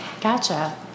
Gotcha